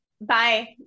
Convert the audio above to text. Bye